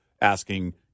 asking